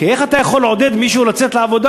כי איך אתה יכול לעודד מישהו לצאת לעבודה